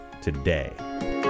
today